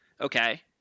okay